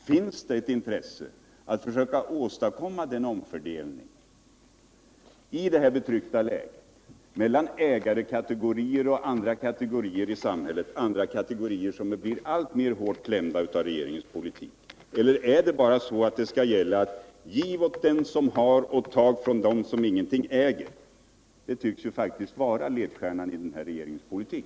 Finns det ett intresse av att försöka åstadkomma en omfördelning i det här betryckta läget mellan ägarkategorier och andra kategorier i samhället som blir alltmer hårt klämda av regeringens politik? Eller skall det bara gälla att ”giv åt dem som har och tag från dem som ingenting äger”? Det tycks faktiskt vara ledstjärnan i regeringens politik.